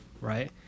Right